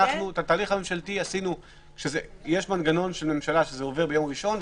יש מנגנון של ממשלה: זה עובר ביום ראשון,